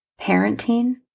parenting